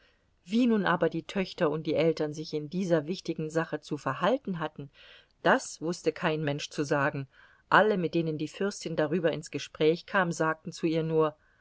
wie nun aber die töchter und die eltern sich in dieser wichtigen sache zu verhalten hatten das wußte kein mensch zu sagen alle mit denen die fürstin darüber ins gespräch kam sagten zu ihr nur